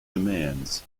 demands